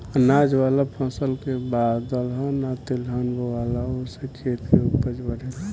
अनाज वाला फसल के बाद दलहन आ तेलहन बोआला से खेत के ऊपज बढ़ेला